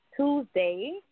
Tuesday